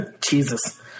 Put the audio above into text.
Jesus